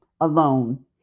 alone